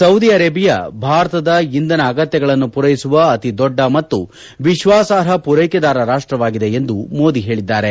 Saudi Arabia ಭಾರತದ ಇಂಧನ ಅಗತ್ನಗಳನ್ನು ಪೂರ್ಲೆಸುವ ಅತಿ ದೊಡ್ಡ ಮತ್ತು ವಿಶ್ವಾಸಾರ್ಹ ಪೂರ್ಲೆಕೆದಾರ ರಾಷ್ಟವಾಗಿದೆ ಎಂದು ಮೋದಿ ಹೇಳಿದ್ದಾರೆ